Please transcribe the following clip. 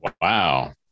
Wow